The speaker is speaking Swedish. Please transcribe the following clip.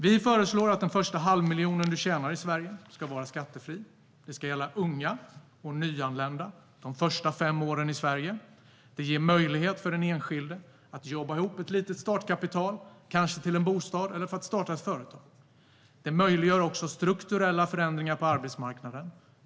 Vi föreslår att den första halvmiljonen som man tjänar i Sverige ska vara skattefri. Det ska gälla unga och nyanlända de första fem åren i Sverige. Det ger möjligheter för den enskilde att jobba ihop ett litet startkapital, kanske till en bostad eller för att starta ett företag. Det möjliggör också strukturella förändringar på arbetsmarknaden.